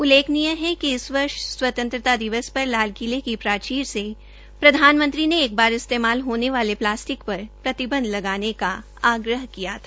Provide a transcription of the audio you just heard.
उल्लेखनीय है कि इस वर्ष स्वतंत्रता दिवस पर लाल किले की प्राचीर से प्रधानमंत्री ने एक बार इस्तेमाल होने वाले प्लास्टिक पर प्रतिबंध लगाने का आग्रह किया था